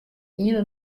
iene